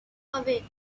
away